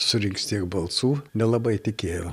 surinks tiek balsų nelabai tikėjau